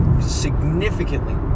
significantly